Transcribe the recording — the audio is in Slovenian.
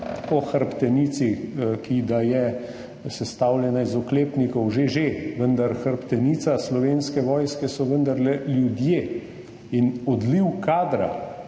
o hrbtenici, ki da je sestavljena iz oklepnikov. Že, že, vendar hrbtenica Slovenske vojske so vendarle ljudje. In odliv kadra,